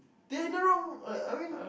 there is no wrong uh I mean